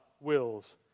wills